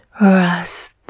Rest